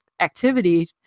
activity